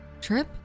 trip